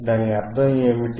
దాని అర్థం ఏమిటి